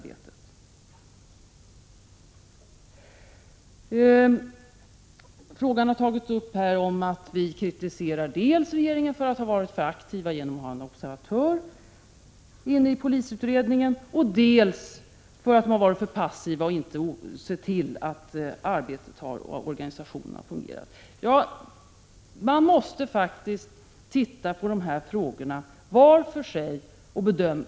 Det har sagts här att vi kritiserar regeringen dels för att ha varit för aktiv genom att ha en observatör inne i polisutredningen, dels för att ha varit för passiv och inte ha sett till, att arbetet och organisationen har fungerat. Man måste faktiskt titta på de här frågorna var för sig.